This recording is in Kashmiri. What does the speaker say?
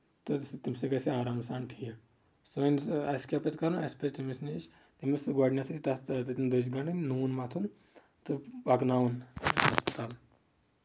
تہٕ تٔمۍ سۭتۍ گژھِ آرام سان ٹھیٖک سانۍ اَسہِ کیٚاہ پَز کرُن اَسہِ پَز تٔمِس نِش تٔمِس گۄڈٕنیٚتھٕے تَتھ دٔج گنٛڈنۍ نوٗن مَتھُن تہٕ پَکناوُن ہسپَتال